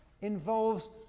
involves